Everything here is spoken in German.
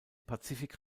pazifik